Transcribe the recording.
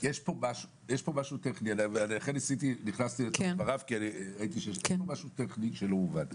יש פה משהו טכני ולכן נכנסתי לדבריו כי ראיתי שיש משהו טכני שלא הובן.